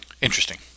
Interesting